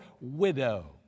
widow